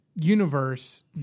universe